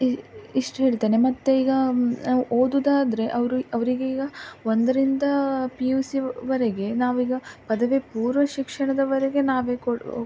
E ಇಷ್ಟು ಹೇಳ್ತೇನೆ ಮತ್ತು ಈಗ ಓದುವುದಾದ್ರೆ ಅವರು ಅವರಿಗೆ ಈಗ ಒಂದರಿಂದ ಪಿ ಯು ಸಿವರೆಗೆ ನಾವು ಈಗ ಪದವಿ ಪೂರ್ವ ಶಿಕ್ಷಣದವರೆಗೆ ನಾವೇ ಕೊಡು